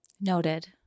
noted